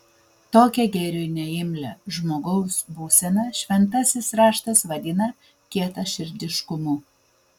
tokią gėriui neimlią žmogaus būseną šventasis raštas vadina kietaširdiškumu